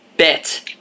Bet